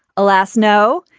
alas no.